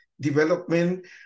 development